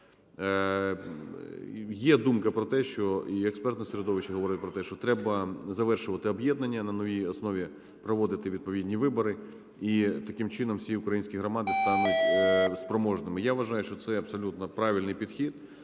Є думка про те, і експертне середовище говорить про те, що треба завершувати об'єднання на новій основі, проводити відповідні вибори і таким чином всі українські громади стануть спроможними. Я вважаю, що це абсолютно правильний підхід.